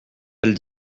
elle